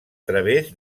través